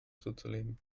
zuzulegen